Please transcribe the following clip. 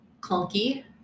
clunky